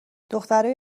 دخترای